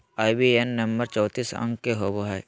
IBAN number चौतीस अंक के होवो हय